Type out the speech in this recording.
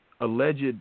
alleged